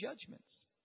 judgments